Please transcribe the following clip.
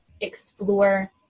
explore